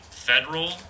federal